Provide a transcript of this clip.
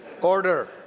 order